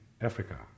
Africa